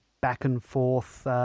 back-and-forth